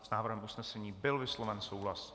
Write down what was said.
S návrhem usnesení byl vysloven souhlas.